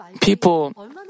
people